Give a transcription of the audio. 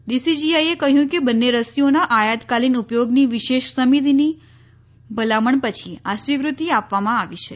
ડીસીજીઆઇએ કહયું કે બંને રસીઓના આયાતકાલીન ઉપયોગની વિશેષ સમિતિની ભલામણ પછી આ સ્વીકૃતિ આપવામાં આવી છે